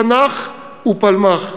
תנ"ך ופלמ"ח,